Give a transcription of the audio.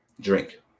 drink